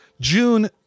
June